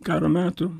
karo metų